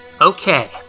Okay